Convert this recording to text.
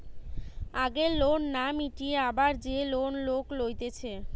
আগের লোন না মিটিয়ে আবার যে লোন লোক লইতেছে